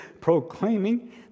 proclaiming